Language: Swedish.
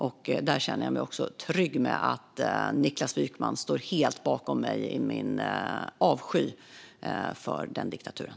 Jag känner mig trygg med att Niklas Wykman står helt bakom mig i min avsky för den diktaturen.